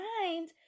mind